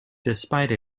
despite